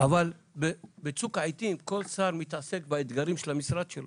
אבל בצוק העיתים כל שר מתעסק באתגרים של המשרד שלו.